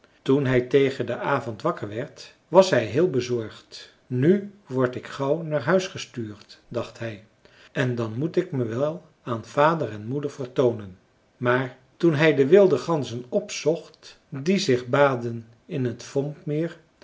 toen hij tegen den avond wakker werd was hij heel bezorgd nu word ik gauw naar huis gestuurd dacht hij en dan moet ik me wel aan vader en moeder vertoonen maar toen hij de wilde ganzen opzocht die zich baadden in t vombmeer